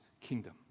kingdom